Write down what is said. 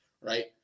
Right